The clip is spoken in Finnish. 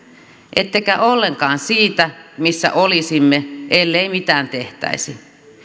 ettekä ollenkaan siitä missä olisimme ellei mitään tehtäisi